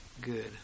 good